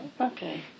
Okay